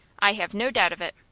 i have no doubt of it.